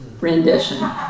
rendition